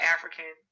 African